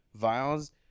vials